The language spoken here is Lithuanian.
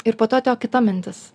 ir po atėjo kita mintis